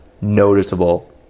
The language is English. noticeable